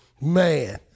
Man